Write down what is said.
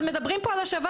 אבל מדברים פה על השבה.